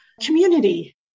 community